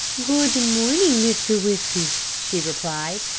good morning, mr. whiskers, she replied.